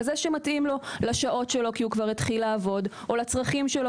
כזה שמתאים לו לשעות שלו כי הוא כבר התחיל לעבוד או לצרכים שלו,